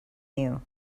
you